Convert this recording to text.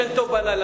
ישן טוב בלילה,